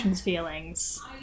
feelings